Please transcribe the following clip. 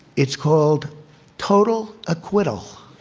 it's called total acquittal